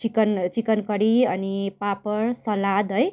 chicken chicken curry अनि papad salad है